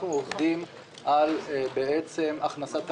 אנחנו עובדים על הכנסת תחרות,